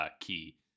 key